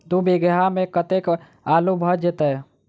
दु बीघा मे कतेक आलु भऽ जेतय?